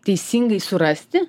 teisingai surasti